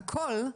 הכול,